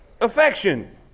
affection